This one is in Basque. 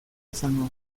izango